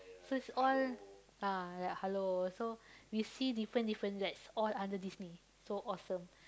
so it's all ah like Halo so we see different different that's all under Disney so awesome